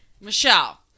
Michelle